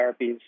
therapies